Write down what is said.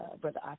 Brother